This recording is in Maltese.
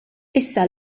issa